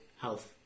Health